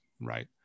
right